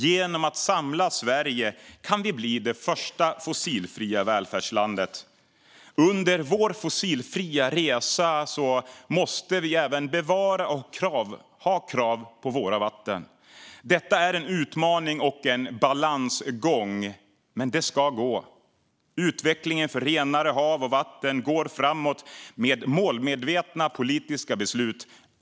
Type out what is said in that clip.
Genom att samla Sverige kan vi bli det första fossilfria välfärdslandet. Under vår fossilfria resa måste vi även bevara och ha krav på våra vatten. Detta är en utmaning och en balansgång, men det ska gå. Utvecklingen för renare hav och vatten går framåt med målmedvetna politiska beslut.